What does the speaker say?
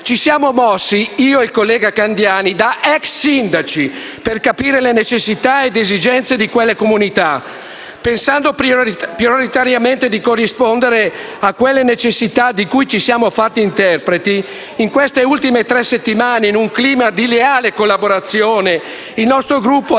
Ci siamo mossi - io e il collega Candiani - da ex sindaci, per capire le necessità e le esigenze di quelle comunità. Pensando prioritariamente di corrispondere alle necessità di cui ci siamo fatti interpreti, in queste ultime tre settimane, in un clima di leale collaborazione, il nostro Gruppo ha